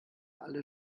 alle